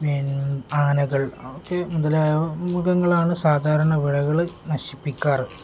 പിന്നെ ആനകൾ ഒക്കെ മുതലായ മൃഗങ്ങളാണ് സാധാരണ വിളകൾ നശിപ്പിക്കാറ്